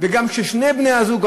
וגם כששני בני-הזוג,